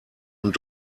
und